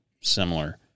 similar